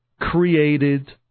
created